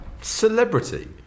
Celebrity